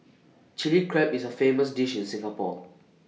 Chilli Crab is A famous dish in Singapore